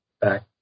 back